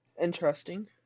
Interesting